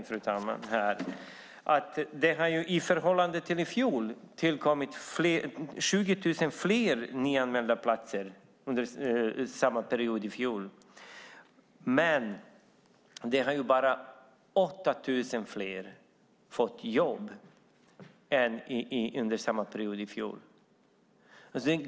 I förhållande till i fjol har det under samma period tillkommit 20 000 fler nyanmälda platser. Men bara 8 000 har fått jobb än under samma period i fjol.